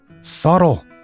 subtle